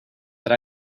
that